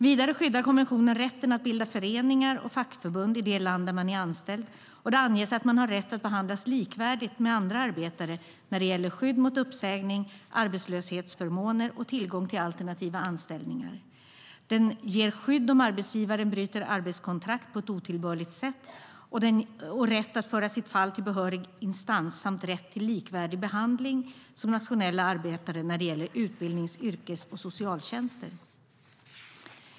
Vidare skyddar konventionen rätten att bilda föreningar och fackförbund i det land där man är anställd, och det anges att man har rätt att behandlas likvärdigt med andra arbetare när det gäller skydd mot uppsägning, arbetslöshetsförmåner och tillgång till alternativa anställningar. Den ger skydd om arbetsgivaren bryter arbetskontrakt på ett otillbörligt sätt, rätt att föra sitt fall till behörig instans samt rätt till likvärdig behandling som nationella arbetare när det gäller utbildnings-, yrkes och socialtjänster.